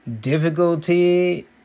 difficulty